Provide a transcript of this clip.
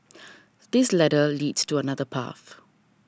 this ladder leads to another path